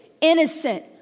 innocent